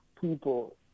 people